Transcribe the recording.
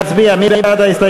תשאל